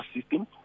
system